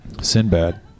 Sinbad